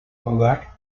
hogar